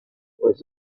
was